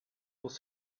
was